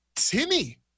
timmy